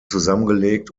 zusammengelegt